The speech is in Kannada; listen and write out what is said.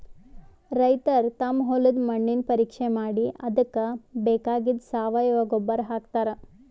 ರೈತರ್ ತಮ್ ಹೊಲದ್ದ್ ಮಣ್ಣಿನ್ ಪರೀಕ್ಷೆ ಮಾಡಿ ಅದಕ್ಕ್ ಬೇಕಾಗಿದ್ದ್ ಸಾವಯವ ಗೊಬ್ಬರ್ ಹಾಕ್ತಾರ್